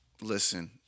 Listen